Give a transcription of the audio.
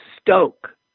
stoke